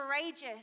courageous